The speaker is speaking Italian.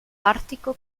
artico